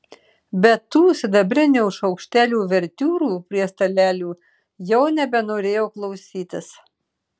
bet tų sidabrinių šaukštelių uvertiūrų prie stalelių jau nebenorėjo klausytis